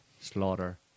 slaughter